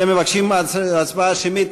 אתם מבקשים הצבעה שמית,